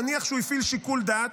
נניח שהוא הפעיל שיקול דעת,